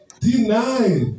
Deny